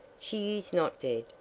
she is not dead,